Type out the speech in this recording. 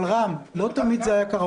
אבל, רם, לא תמיד זה היה ככה.